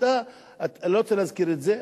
אני לא רוצה להזכיר את זה,